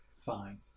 fine